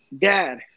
Dad